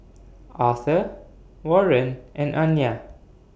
Arthor Warren and Anya